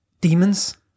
demons